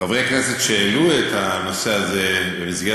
חברי הכנסת שהעלו את הנושא הזה במסגרת